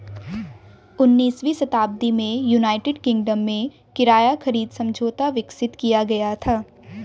उन्नीसवीं शताब्दी में यूनाइटेड किंगडम में किराया खरीद समझौता विकसित किया गया था